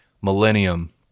Millennium